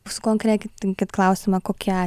sukonkretinkit klausimą kokią